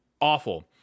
Awful